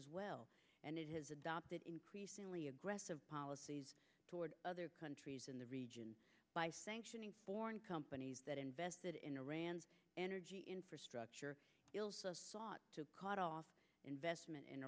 as well and it has adopted increasingly aggressive policies toward other countries in the region by sanctioning foreign companies that invested in iran's energy infrastructure sought to call it off investment in